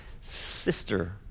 sister